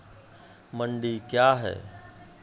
मंडी क्या हैं?